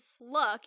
look